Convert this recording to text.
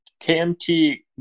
KMT